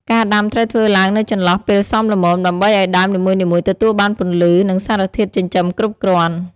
ការដាំត្រូវធ្វើឡើងនៅចន្លោះពេលសមល្មម ដើម្បីឱ្យដើមនីមួយៗទទួលបានពន្លឺ និងសារធាតុចិញ្ចឹមគ្រប់គ្រាន់។